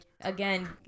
again